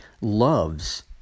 loves